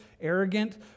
arrogant